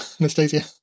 Anastasia